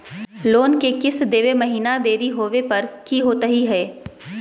Loan के किस्त देवे महिना देरी होवे पर की होतही हे?